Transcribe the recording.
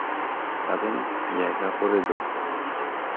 ᱟᱫᱷᱮᱱ ᱡᱟᱭᱜᱟ ᱠᱚᱨᱮ ᱫᱚ